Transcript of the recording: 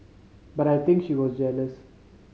but I think she was jealous